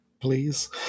please